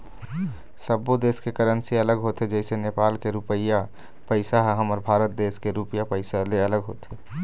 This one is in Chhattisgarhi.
सब्बो देस के करेंसी अलग होथे जइसे नेपाल के रुपइया पइसा ह हमर भारत देश के रुपिया पइसा ले अलग होथे